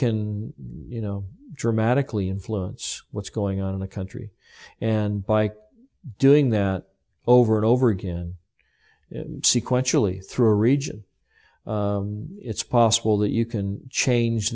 can you know dramatically influence what's going on in the country and by doing that over and over again sequentially through a region it's possible that you can change